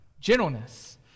Gentleness